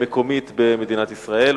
מקומית במדינת ישראל.